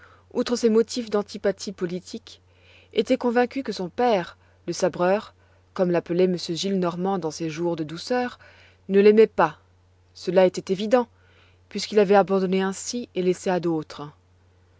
outre ses motifs d'antipathie politique était convaincu que son père le sabreur comme l'appelait m gillenormand dans ses jours de douceur ne l'aimait pas cela était évident puisqu'il l'avait abandonné ainsi et laissé à d'autres